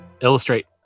illustrate